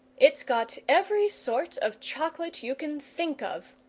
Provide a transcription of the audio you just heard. it's got every sort of chocolate you can think of,